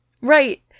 right